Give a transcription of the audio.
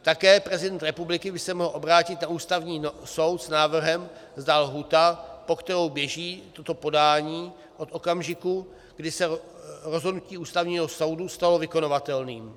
Také prezident republiky by se mohl obrátit na Ústavní soud s návrhem, zda lhůta, po kterou běží toto podání od okamžiku, kdy se rozhodnutí Ústavního soudu stalo vykonavatelným.